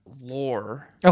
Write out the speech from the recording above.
lore